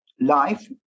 life